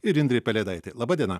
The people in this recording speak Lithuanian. ir indrė pelėdaitė laba diena